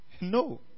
No